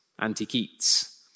anti-Keats